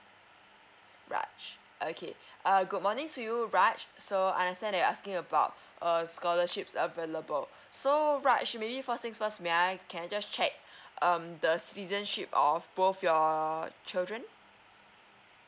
raj okay err good morning to you raj so I understand that you're asking about err scholarships available so raj maybe first things first may I can I just check um the citizenship of both your children